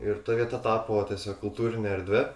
ir ta vieta tapo tiesiog kultūrine erdve